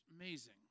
amazing